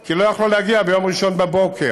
כי לא יכלו להגיע ביום ראשון בבוקר.